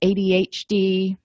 ADHD